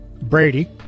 Brady